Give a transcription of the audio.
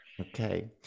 Okay